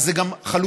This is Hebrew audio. אז זה גם חלופי.